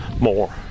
more